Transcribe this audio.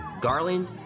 Garland